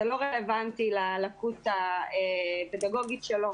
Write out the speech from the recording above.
זה לא רלוונטי ללקות הפדגוגית שלו